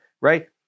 right